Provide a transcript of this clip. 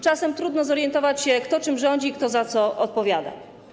Czasem trudno się zorientować, kto czym rządzi i kto za co odpowiada.